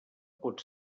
pot